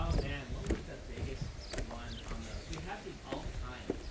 um man, what was the biggest one on those? we have these all the time.